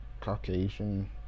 caucasian